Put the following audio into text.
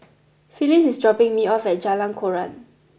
Phyliss is dropping me off at Jalan Koran